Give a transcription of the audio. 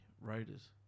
Raiders